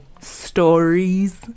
stories